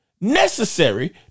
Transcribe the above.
necessary